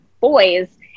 boys